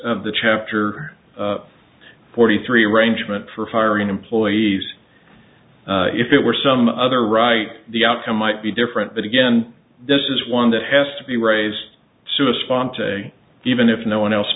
of the chapter forty three arrangement for hiring employees if it were some other right the outcome might be different but again this is one that has to be raised to a sponsor even if no one else